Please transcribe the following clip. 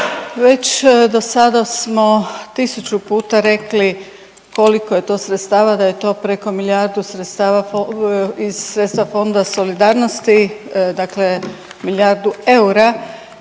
Već do sada smo 1000 puta rekli koliko je to sredstava, da je to preko milijardu sredstava iz sredstva Fonda solidarnosti, dakle milijardu eura